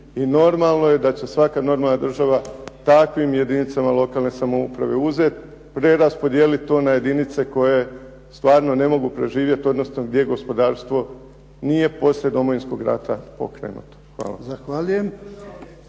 normalno je da će svaka normalna država takvim jedinicama lokalne samouprave uzeti, preraspodijeliti to na jedinice koje stvarno ne mogu preživjeti, odnosno gdje gospodarstvo nije poslije Domovinskog rata pokrenuto.